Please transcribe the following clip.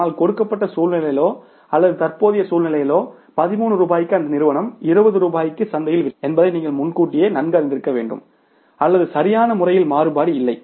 ஆனால் கொடுக்கப்பட்ட சூழ்நிலையிலோ அல்லது தற்போதைய சூழ்நிலையிலோ 13 ரூபாய்க்கு அந்த நிறுவனம் 20 ரூபாய்க்கு சந்தையில் விற்கிறது என்பதை நீங்கள் முன்கூட்டியே நன்கு அறிந்திருக்க வேண்டும் அல்லது சரியான முறையில் மாறுபாடு இல்லை